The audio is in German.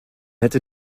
hätte